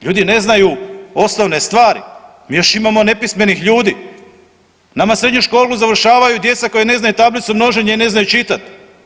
Ljudi ne znaju osnovne stvari, mi još imamo nepismenih ljudi, nama srednju školu završavaju djeca koja ne znaju tablicu množenja i ne znaju čitati.